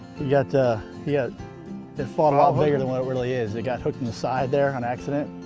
yeah ah yeah it it fought a lot bigger than what it really is. it got hooked in the side there on accident.